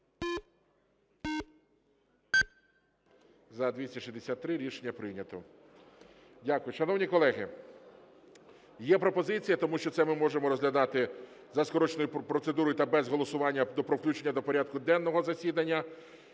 За-263 Рішення прийнято. Дякую. Шановні колеги, є пропозиція, тому що це ми можемо розглядати за скороченою процедурою та без голосування про включення до порядку денного засідання